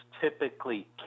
typically